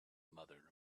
mother